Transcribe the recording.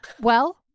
Well-